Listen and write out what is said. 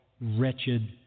wretched